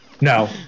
No